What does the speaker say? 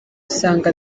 usanga